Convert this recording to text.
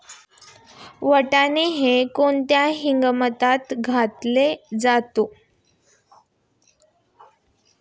वाटाणा हा कोणत्या हंगामात घेतला जातो?